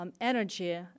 energy